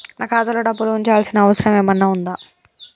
నాకు ఖాతాలో డబ్బులు ఉంచాల్సిన అవసరం ఏమన్నా ఉందా?